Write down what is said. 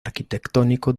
arquitectónico